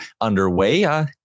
underway